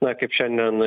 na kaip šiandien